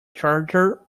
charger